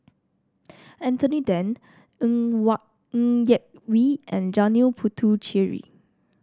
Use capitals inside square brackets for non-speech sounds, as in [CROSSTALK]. Anthony Then Ng [UNINTELLIGIBLE] Ng Yak Whee and Janil Puthucheary